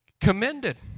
commended